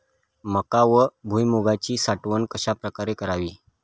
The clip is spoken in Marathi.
मका व भुईमूगाची साठवण कशाप्रकारे करावी?